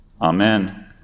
Amen